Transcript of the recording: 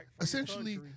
essentially